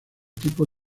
tipo